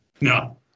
No